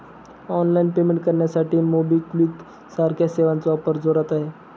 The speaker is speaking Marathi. ऑनलाइन पेमेंट करण्यासाठी मोबिक्विक सारख्या सेवांचा वापर जोरात आहे